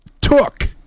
took